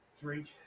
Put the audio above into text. drink